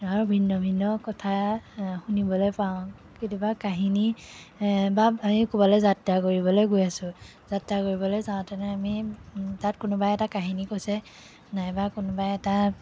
আৰু ভিন্ন ভিন্ন কথা আ শুনিবলৈ পাওঁ কেতিয়াবা কাহিনী এ বা আমি ক'ৰবালৈ যাত্ৰা কৰিবলৈ গৈ আছোঁ যাত্ৰা কৰিবলৈ যাওঁতেনে আমি ও তাত কোনোবাই এটা কাহিনী কৈছে নাইবা কোনোবাই এটা